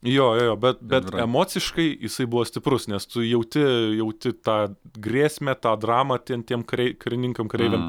jo jo bet bet emociškai jisai buvo stiprus nes tu jauti jauti tą grėsmę tą dramą ten tiem karei karininkam kareiviam